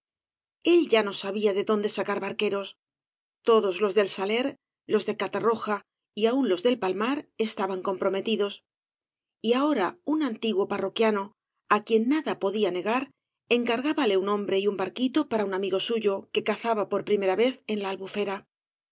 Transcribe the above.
el ya no sabía de dónde sacar barqueros todos los del saler los de catarroja y aun los del palmar estaban comprometidos y ahora un antiguo parroquiano á quien nada podía negar en cargábale un hombre y un barquito para un amigo suyo que cazaba por primera vez en la albufera